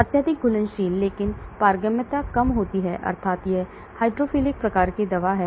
अत्यधिक घुलनशील लेकिन पारगम्यता कम होती है अर्थात यह हाइड्रोफिलिक प्रकार की दवा है